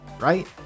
right